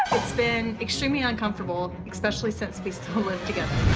it's been extremely uncomfortable, especially since we still live together.